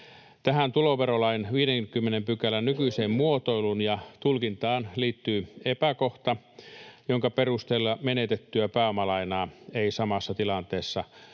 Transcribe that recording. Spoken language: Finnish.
Tähän tuloverolain 50 §:n nykyiseen muotoiluun ja tulkintaan liittyy epäkohta, jonka perusteella menetettyä pääomalainaa ei samassa tilanteessa